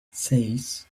seis